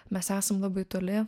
mes esam labai toli